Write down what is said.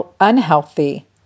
unhealthy